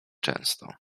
często